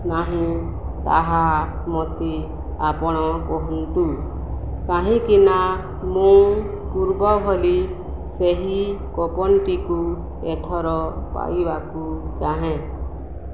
ନାହିଁ ତାହା ମୋତେ ଆପଣ କୁହନ୍ତୁ କାହିଁକିନା ମୁଁ ପୂର୍ବ ଭଳି ସେହି କୁପନ୍ଟିକୁ ଏଥର ପାଇବାକୁ ଚାହେଁ